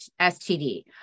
STD